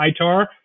ITAR